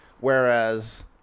Whereas